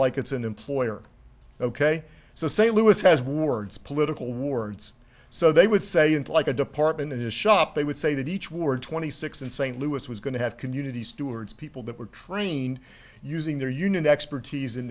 like it's an employer ok so st louis has wards political wards so they would say and like a department in a shop they would say that each ward twenty six in st louis was going to have community stewards people that were trained using their union expertise in